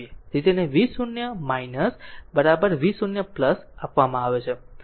તેથી તેને v0 v0 આપવામાં આવે છે આ રીતે મેં v0 લખ્યું છે